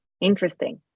Interesting